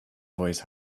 voice